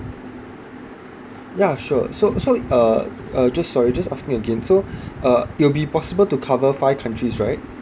ya sure so so uh uh just sorry just asking again so uh it will be possible to cover five countries right